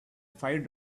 five